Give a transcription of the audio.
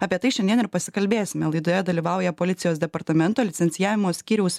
apie tai šiandien ir pasikalbėsime laidoje dalyvauja policijos departamento licencijavimo skyriaus